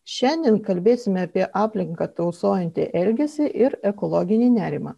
šiandien kalbėsime apie aplinką tausojantį elgesį ir ekologinį nerimą